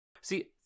see